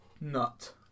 nut